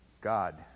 God